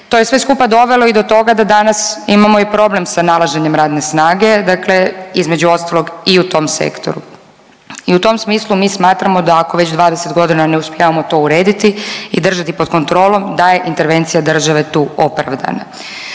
To je sve skupa dovelo i do toga da danas imamo i problem sa nalaženjem radne snage, dakle između ostalog i u tom sektoru. I u tom smislu mi smatramo da ako već 20.g. ne uspijevamo to urediti i držati pod kontrolom da je intervencija države tu opravdana.